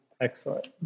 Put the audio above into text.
Excellent